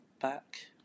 back